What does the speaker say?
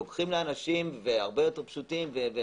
לוקחים לאנשים והרבה יותר פשוטים.